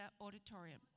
auditorium